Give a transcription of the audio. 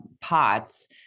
POTS